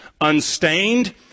unstained